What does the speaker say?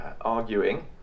arguing